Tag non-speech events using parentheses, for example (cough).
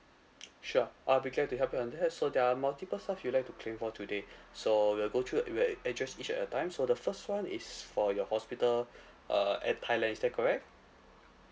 sure I'll be glad to help on you these so there are multiple stuff you would like to claim for today so we'll go through we'll address each at a time time so the first one is for your hospital (breath) uh at thailand is that correct